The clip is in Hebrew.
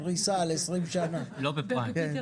לפתוח שוק